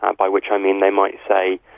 um by which i mean they might say,